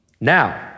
Now